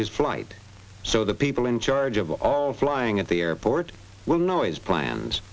his flight so the people in charge of all flying at the airport will noise plans